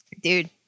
dude